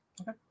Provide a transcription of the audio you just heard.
Okay